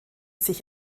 sich